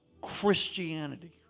Christianity